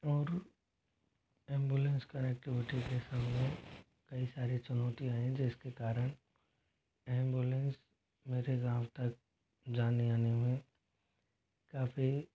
और ambulance connectivity के समय कई सारे चुनौतियाँ हैं जिसके कारण एम्बुलेंस मेरे गाँव तक जाने आने में काफ़ी